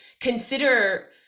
consider